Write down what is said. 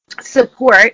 support